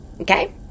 okay